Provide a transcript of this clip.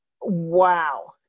wow